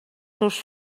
seus